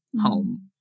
home